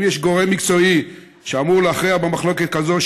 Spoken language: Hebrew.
האם יש גורם מקצועי שאמור להכריע במחלוקת כזאת,